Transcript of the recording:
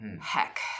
Heck